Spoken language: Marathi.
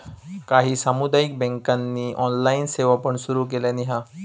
काही सामुदायिक बँकांनी ऑनलाइन सेवा पण सुरू केलानी हा